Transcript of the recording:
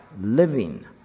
living